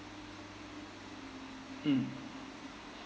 mm